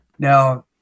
Now